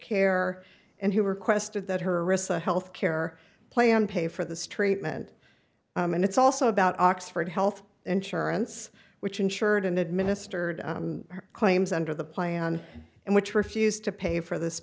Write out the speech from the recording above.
care and who requested that her rissa health care plan pay for the street meant and it's also about oxford health insurance which insured and administered her claims under the plan and which refused to pay for this